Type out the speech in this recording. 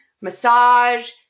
massage